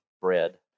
bread